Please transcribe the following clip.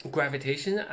Gravitation